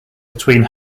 between